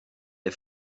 est